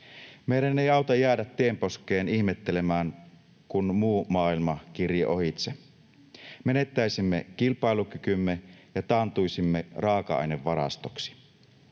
Meidän ei auta jäädä tienposkeen ihmettelemään, kun muu maailma kirii ohitse. Menettäisimme kilpailukykymme ja taantuisimme raaka-ainevarastoksi.